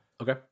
Okay